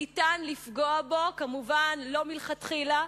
ניתן לפגוע בו, כמובן, לא מלכתחילה,